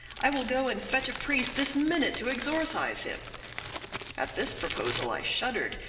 i will go and fetch a priest this minute to exorcise him at this proposal i shuddered,